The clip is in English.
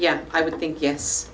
yeah i would think yes